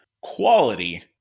quality